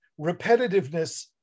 repetitiveness